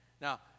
Now